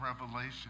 revelation